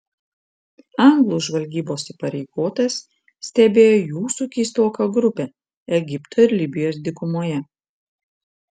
anglų žvalgybos įpareigotas stebėjo jūsų keistoką grupę egipto ir libijos dykumoje